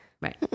Right